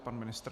Pan ministr.